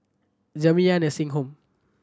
Jamiyah Nursing Home